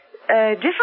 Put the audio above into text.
different